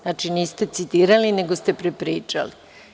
Znači, niste citirali, nego ste prepričali.